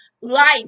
life